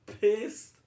Pissed